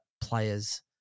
players